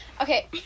Okay